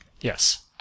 Yes